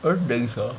don't think so